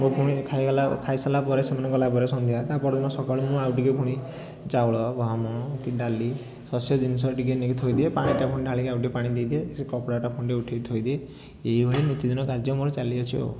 ସେ ପୁଣି ଖାଇଗଲା ଖାଇସାରିଲାପରେ ସେମାନେ ଗଲାପରେ ସନ୍ଧ୍ୟା ତା' ପରଦିନ ସକାଳୁ ମୁଁ ଆଉ ଟିକିଏ ପୁଣି ଚାଉଳ ଗହମ କି ଡାଲି ଶସ୍ୟ ଜିନିଷ ଟିକିଏ ନେଇ ଥୋଇଦିଏ ପାଣିଟା ପୁଣି ଢାଳିକି ଆଉ ଟିକିଏ ପାଣି ଦେଇଦିଏ ସେ କପଡ଼ାଟା ଟିକିଏ ପୁଣି ଉଠେଇକି ଥୋଇଦିଏ ଏହିଭଳି ନୀତିଦିନ କାର୍ଯ୍ୟ ଚାଲିଅଛି ଆଉ